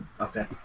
Okay